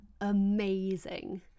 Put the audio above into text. amazing